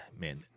man